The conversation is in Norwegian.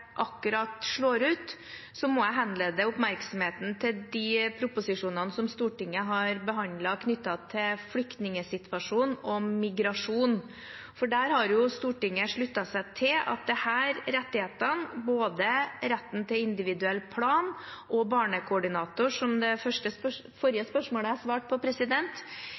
slår ut: Da må jeg henlede oppmerksomheten til de proposisjonene som Stortinget har behandlet knyttet til flyktningsituasjonen og migrasjon. Der har Stortinget sluttet seg til at disse rettighetene, retten til både en individuell plan og en barnekoordinator, som det forrige spørsmålet jeg svarte på,